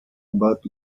about